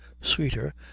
sweeter